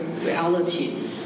reality